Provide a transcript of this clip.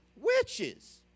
Witches